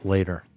Later